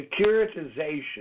Securitization